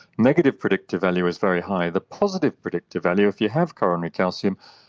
negative predictive value is very high. the positive predictive value, if you have coronary calcium,